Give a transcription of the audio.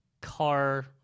car